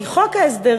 כי חוק ההסדרים,